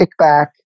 kickback